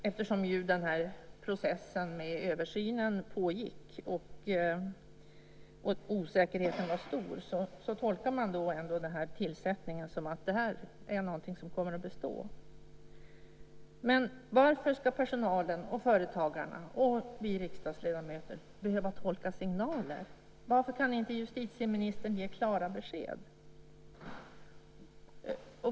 Eftersom processen med översynen pågick och osäkerheten var stor tolkade man tillsättningen som att Lycksele tingsrätt skulle komma att bestå. Men varför ska personalen, företagarna och vi riksdagsledamöter behöva tolka signaler? Varför kan inte justitieministern ge klara besked?